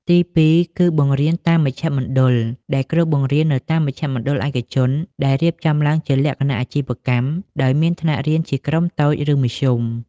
ទីពីរ គឺបង្រៀនតាមមជ្ឈមណ្ឌល ដែលគ្រូបង្រៀននៅតាមមជ្ឈមណ្ឌលឯកជនដែលរៀបចំឡើងជាលក្ខណៈអាជីវកម្ម ដោយមានថ្នាក់រៀនជាក្រុមតូច ឬមធ្យម។